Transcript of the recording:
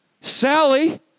Sally